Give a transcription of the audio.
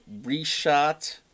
reshot